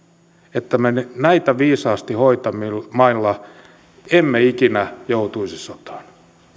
että me näitä viisaasti hoitamalla emme ikinä joutuisi sotaan